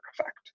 effect